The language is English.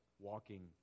walking